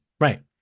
Right